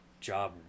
job